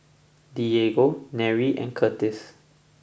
Diego Nery and Curtiss